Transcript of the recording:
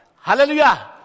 hallelujah